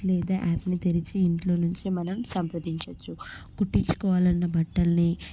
లేదా యాప్ని తెరిచి ఇంట్లో నుంచే మనం సంప్రదించవచ్చు కుట్టించుకోవాలన్న బట్టలని